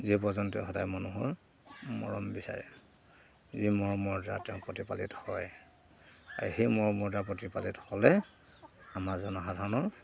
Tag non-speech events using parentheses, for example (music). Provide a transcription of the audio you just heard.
জীৱ জন্তু সদায় মানুহৰ মৰম বিচাৰে যি মৰমৰ (unintelligible) তেওঁ প্ৰতিপালিত হয় আৰু সেই মৰমৰ (unintelligible) প্ৰতিপালিত হ'লে আমাৰ জনসাধাৰণৰ